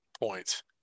points